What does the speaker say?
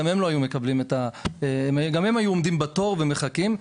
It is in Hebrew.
גם הם היו עומדים בתור ומחכים.